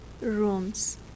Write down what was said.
rooms